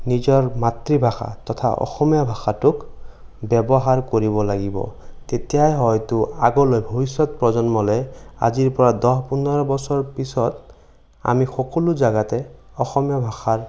নিজৰ মাতৃভাষা তথা অসমীয়া ভাষাটোক ব্যৱহাৰ কৰিব লাগিব তেতিয়া হয়তো আগলৈ ভৱিষ্যত প্ৰজন্মলৈ আজিৰ পৰা দহ পোন্ধৰ বছৰ পিছত আমি সকলো জেগাতে অসমীয়া ভাষাৰ